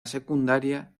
secundaria